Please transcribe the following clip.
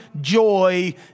joy